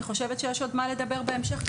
אני חושבת שיש עוד מה לדבר בהמשך.